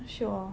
shiok hor